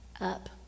up